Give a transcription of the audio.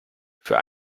für